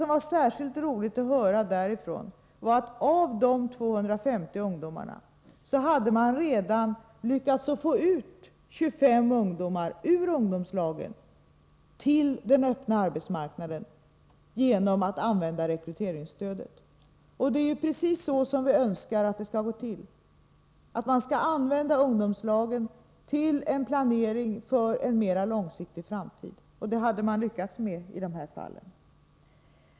Det var särskilt roligt att höra att man av dessa 250 ungdomar redan lyckats få ut 25 ungdomar ur ungdomslagen till den öppna arbetsmarknaden genom att använda rekryteringsstödet. Det är precis så som vi önskar att det skall gå till. Man skall använda ungdomslagen till en planering för en mera långsiktig framtid. Detta hade man lyckats med i det här fallet.